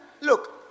look